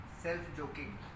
Self-joking